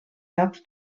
llocs